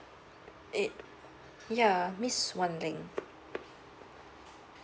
it yeah miss wan leng